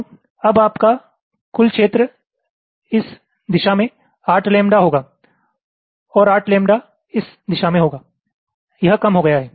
तो अब आपका कुल क्षेत्र इस दिशा में 8 लैम्ब्डा होगा और 8 लैम्ब्डा इस दिशा में होगा यह कम हो गया है